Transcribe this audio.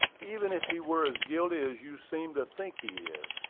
even if he were as guilty as you seem to think he is,